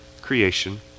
creation